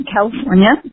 California